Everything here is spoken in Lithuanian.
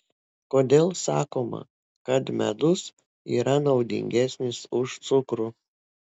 kodėl sakoma kad medus yra naudingesnis už cukrų